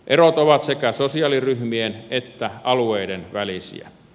erot ovat sekä sosiaaliryhmien että alueiden välisiä